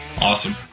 Awesome